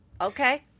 Okay